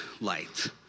light